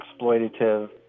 exploitative